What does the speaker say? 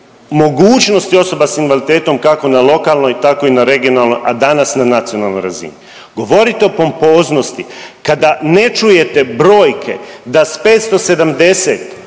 mogućnosti osoba sa invaliditetom kako na lokalnoj, tako i na regionalnoj, a danas na nacionalnoj razini. Govoriti o pompoznosti kada ne čujete brojke da s 570